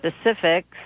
specifics